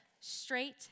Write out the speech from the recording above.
straight